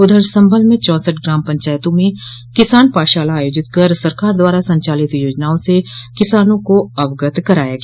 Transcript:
उधर संभल में चौसठ ग्राम पंचायतों में किसान पाठशाला आयोजित कर सरकार द्वारा संचालित योजनाओं से किसानों को अवगत कराया गया